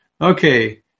okay